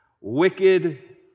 Wicked